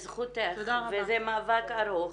זכותך, וזה מאבק ארוך,